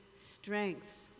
strengths